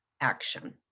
action